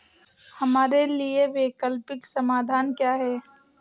हमारे लिए वैकल्पिक समाधान क्या है?